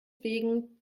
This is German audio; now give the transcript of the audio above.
wegen